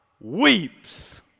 weeps